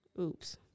Oops